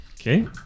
Okay